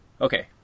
Okay